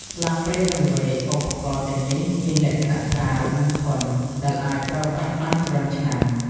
ស្លាបព្រា និងវែក ឧបករណ៍ទាំងនេះមានលក្ខណៈស្រាល និងធន់ ដែលអាចប្រើប្រាស់បានច្រើនឆ្នាំ។